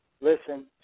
Listen